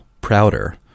prouder